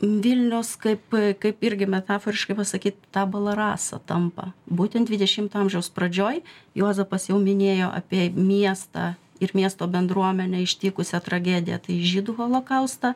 vilnius kaip kaip irgi metaforiškai pasakyt tabula rasa tampa būtent dvidešimto amžiaus pradžioj juozapas jau minėjo apie miestą ir miesto bendruomenę ištikusią tragediją tai žydų holokaustą